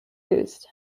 used